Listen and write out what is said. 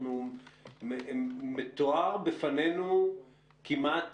מתואר בפנינו כמעט